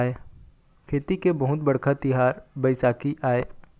खेती के बहुत बड़का तिहार बइसाखी आय